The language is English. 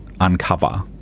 uncover